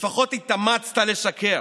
לפחות התאמצת לשקר.